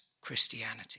Christianity